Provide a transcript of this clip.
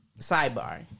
Sidebar